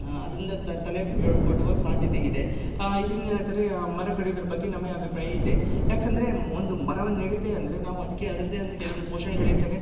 ಅದರಿಂದ ತಲೆ ಯೊ ಒಡ್ಡುವ ಸಾಧ್ಯತೆ ಇದೆ ಇದರಿಂದ ಏನಾಗ್ತದೆ ಮರ ಕಡಿಯುದ್ರ ಬಗ್ಗೆ ನಮ್ಮ ಈ ಅಭಿಪ್ರಾಯ ಇದೆ ಯಾಕಂದರೆ ಒಂದು ಮರವನ್ನ ನೆಡುತ್ತೆ ಅಂದರೆ ನಾವು ಅದ್ಕೆ ಅದ್ರದೆ ಅಂದು ಕೆಲ್ವೊಂದು ಪೋಷಣೆಗಳು ಇರ್ತವೆ